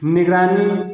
निगरानी